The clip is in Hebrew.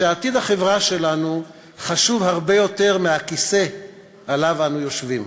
שעתיד החברה שלנו חשוב הרבה יותר מהכיסא שעליו אנו יושבים.